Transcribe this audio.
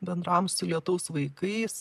bendravom su lietaus vaikais